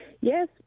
Yes